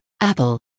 Apple